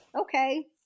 okay